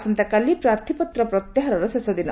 ଆସନ୍ତାକାଲି ପ୍ରାର୍ଥୀପତ୍ର ପ୍ରତ୍ୟାହାରର ଶେଷ ଦିନ